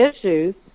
issues